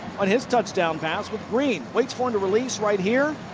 on his touchdown pass with greene. waits for him to release right here.